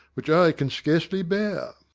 which i can scarcely bear.